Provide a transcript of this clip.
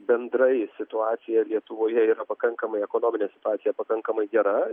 bendrai situacija lietuvoje yra pakankamai ekonominė situacija pakankamai gera